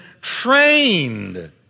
trained